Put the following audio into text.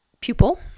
pupil